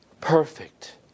perfect